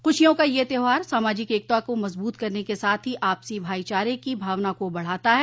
खुशियों का यह त्यौहार सामाजिक एकता को मजबूत करने के साथ ही आपसी भाईचारे की भावना को बढ़ाता है